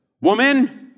Woman